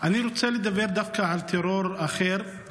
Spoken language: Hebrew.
אני רוצה לדבר דווקא על טרור אחר,